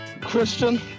Christian